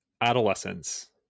Adolescence